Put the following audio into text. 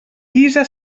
guisa